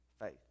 faith